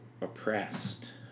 oppressed